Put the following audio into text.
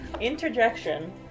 Interjection